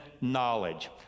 knowledge